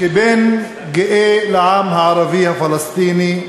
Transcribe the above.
כבן גאה לעם הערבי הפלסטיני,